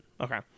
okay